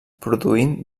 produint